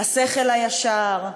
השכל הישר,